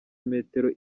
metero